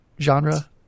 Genre